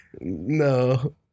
No